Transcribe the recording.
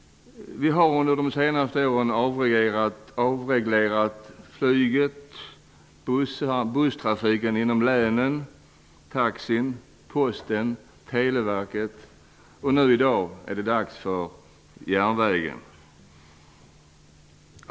Vi har under de senaste åren avreglerat flyget, busstrafiken inom länen, taxi, Posten, Televerket, och nu i dag är det dags för järnvägen.